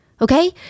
Okay